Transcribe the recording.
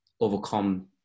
overcome